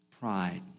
Pride